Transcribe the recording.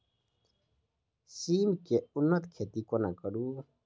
सिम केँ उन्नत खेती कोना करू?